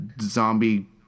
zombie